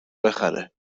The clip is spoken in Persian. بخره